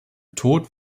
tod